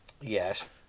yes